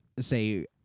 say